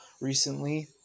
recently